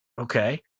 Okay